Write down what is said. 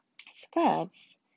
Scrubs